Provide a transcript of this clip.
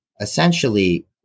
essentially